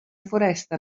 foresta